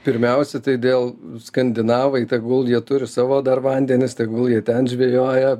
pirmiausia tai dėl skandinavai tegul jie turi savo dar vandenis tegul jie ten žvejoja